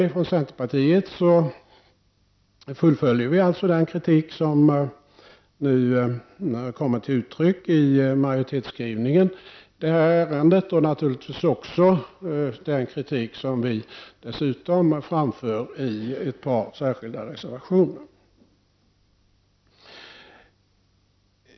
Ifrån centerpartiets sida fullföljer vi således den kritik som nu kommit till uttryck i majoritetsskrivningen i detta ärende och naturligtvis också den kritik som vi framför i ett par särskilda reservationer.